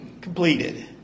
completed